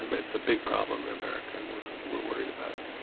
and but it's a big problem in america and we're we're worried about it.